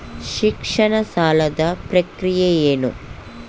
ಶಿಕ್ಷಣ ಸಾಲದ ಪ್ರಕ್ರಿಯೆ ಏನು?